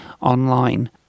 online